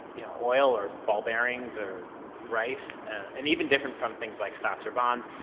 you know, oil or ball bearings or rice and even different from things like stocks or bonds,